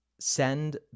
send